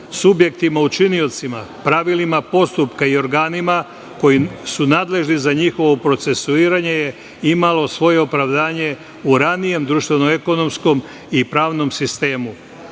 subjektima učiniocima, pravilima postupka i organima koji su nadležni za njihovo procesuiranje je imalo svoje opravdanje u ranijem društveno-ekonomskom i pravnom sistemu,